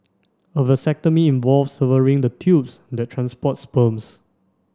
a vasectomy involves severing the tubes that transport sperms